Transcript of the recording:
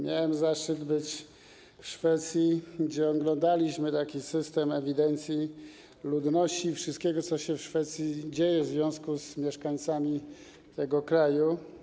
Miałem zaszczyt być w Szwecji, gdzie oglądaliśmy taki system ewidencji ludności i wszystkiego, co się w Szwecji dzieje w związku z mieszkańcami tego kraju.